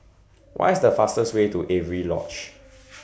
What IS The fastest Way to Avery Lodge